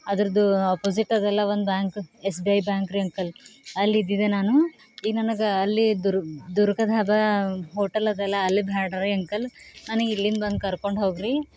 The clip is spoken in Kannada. ಅದರದು ಅಪೊಸಿಟ್ ಅದಲ್ಲ ಒಂದು bank S B I bank ರೀ ಅಂಕಲ್ ಅಲ್ಲಿದ್ದಿದೆ ನಾನು ಈಗ ನನಗೆ ಅಲ್ಲಿ ದು ದುರ್ಗಾ ಧಾಬಾ ಹೋಟೆಲ್ ಅದ ಅಲ್ಲ ಅಲ್ಲಿ ಬ್ಯಾಡ ರೀ ಅಂಕಲ್ ನನಗೆ ಇಲ್ಲಿಂದ ಬಂದು ಕರ್ಕೊಂಡು ಹೋಗಿರಿ